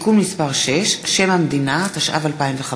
(תיקון מס' 6) (שם המדינה), התשע"ו 2015,